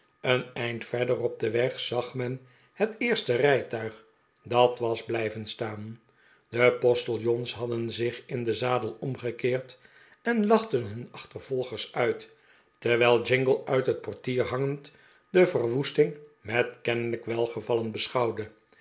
een eind verder op den weg zag men het eerste rijtuig dat was blijven staan de postiljons hadden zich in den zadel omgekeerd en lachten hun achtervolgers uit terwijl jingle uit het portier hangend de verwoesting met kennelijk welgevallen beschouwde